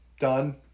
done